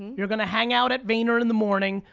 you're gonna hang out at vayner in the morning,